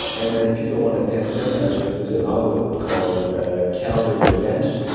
and then if people want to attend seminars, there's an onglet called ah calendar of events,